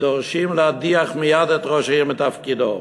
ודורשים להדיח מייד את ראש העיר מתפקידו.